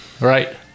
Right